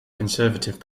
conservative